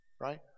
Right